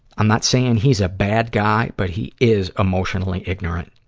i'm not saying he's a bad guy, but he is emotionally ignorant.